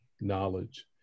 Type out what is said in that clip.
knowledge